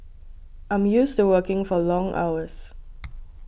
I'm used to working for long hours